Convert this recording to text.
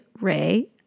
ray